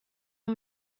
اون